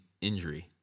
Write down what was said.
injury